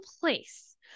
place